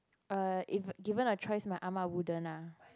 but if given a choice my Ah-Ma wouldn't lah